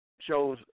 shows